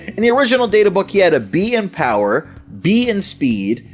in the original databook he had a b in power, b in speed,